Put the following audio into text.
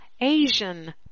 Asian